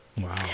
Wow